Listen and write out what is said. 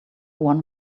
one